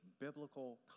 biblical